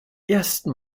ersten